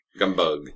Gumbug